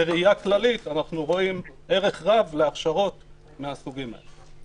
בראייה כללית אנחנו רואים ערך רב להכשרות מהסוגים האלה.